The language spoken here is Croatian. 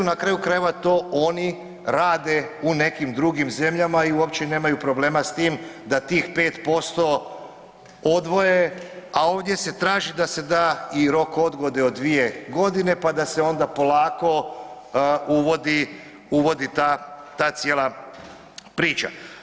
Na kraju krajeva to oni rade u nekim drugim zemljama i uopće nemaju problema s tim da tih 5% odvoje, a ovdje se traži da se da i rok odgode od dvije godine pa da se onda polako uvodi ta cijela priča.